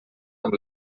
amb